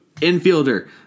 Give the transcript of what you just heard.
Infielder